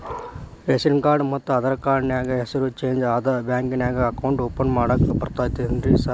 Ration card ಮತ್ತ Aadhaar card ನ್ಯಾಗ ಹೆಸರು ಚೇಂಜ್ ಅದಾ ಬ್ಯಾಂಕಿನ್ಯಾಗ ಅಕೌಂಟ್ ಓಪನ್ ಮಾಡಾಕ ಬರ್ತಾದೇನ್ರಿ ಸಾರ್?